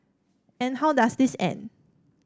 and how does this end